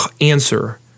answer